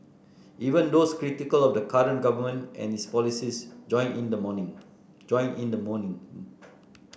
even those critical of the current government and its policies join in the mourning join in the mourning